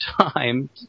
time